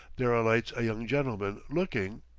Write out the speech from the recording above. there alights a young gentleman looking,